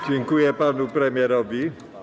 Dziękuję panu premierowi.